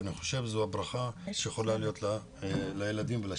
ואני חושב שזו ברכה שיכולה להיות לילדים ולשטח.